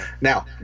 now